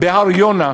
בהר-יונה,